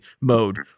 mode